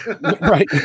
Right